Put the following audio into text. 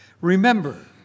Remember